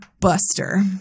Buster